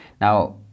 Now